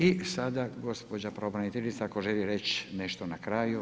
I sada gospođa pravobraniteljica ako želi reći nešto na kraju?